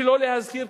שלא להזכיר,